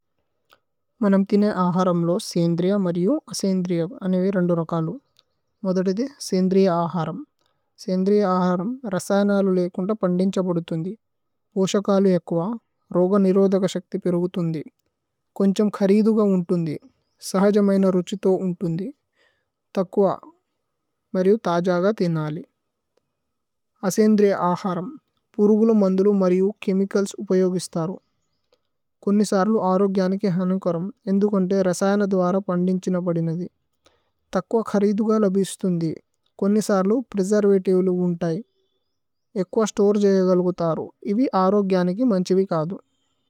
മനമ് ഥിനേ ആഹരമ് ലോ സേന്ദ്രിയ മരിയു അസേന്ദ്രിയ। അന്നേവി രന്ദു രകലു മദദദി സേന്ദ്രിയ ആഹരമ്। സേന്ദ്രിയ ആഹരമ് രസയനലു ലേകുന്ദ പന്ദിന്ഛ। പോദുഥുന്ദി പോശകലു യകുവ രോഗ നിരോധക। ശക്ഥി പിരുഗുഥുന്ദി കോന്ഛമ് ഖരിദുഗ ഉന്തുന്ദി। സഹജമൈന രുഛിതോ ഉന്തുന്ദി തകുവ മരിയു। ഥജഗ ഥേനലി അസേന്ദ്രിയ ആഹരമ് പുരുഗുലോ। മന്ദുലു മരിയു ഛേമിചല്സ് ഉപയോഗിസ്ഥരു। കോന്നിസാരലു ആരോഗ്യനികേ ഹനുകരമ് ഇന്ദുകോന്തേ। രസയന ദുവര പന്ദിന്ഛിനപോദിനഥി തകുവ। ഖരിദുഗ ലബിസ്ഥുന്ദി കോന്നിസാരലു പ്രേസേര്വേ। തിവേലു ഉന്തയി യകുവ സ്തോരേ ജയഗലുഗുതരു। ഇവി ആരോഗ്യനികേ മന്ഛിവി കാദു।